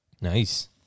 Nice